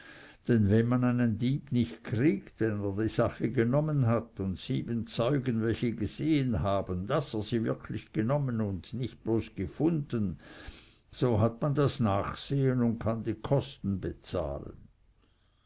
denn wenn man einen dieb nicht kriegt wenn er die sache genommen hat und sieben zeugen welche gesehen haben daß er sie wirklich genommen und nicht bloß gefunden so hat man das nachsehen und kann die kosten bezahlen